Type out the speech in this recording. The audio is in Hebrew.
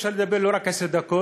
אפשר לדבר לא רק עשר דקות,